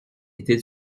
était